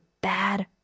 bad